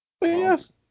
Yes